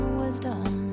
wisdom